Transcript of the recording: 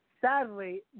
sadly